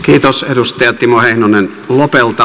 kiitos edustaja timo heinonen lopelta